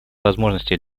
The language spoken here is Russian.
возможностей